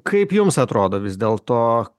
kaip jums atrodo vis dėl to